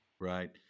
Right